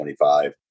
25